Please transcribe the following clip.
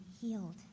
healed